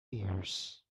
ears